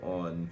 on